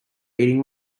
eating